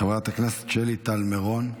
חברת הכנסת שלי טל מירון.